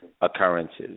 occurrences